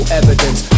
evidence